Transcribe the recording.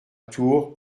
tours